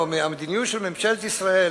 או המדיניות של ממשלת ישראל